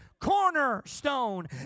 cornerstone